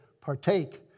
partake